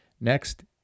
Next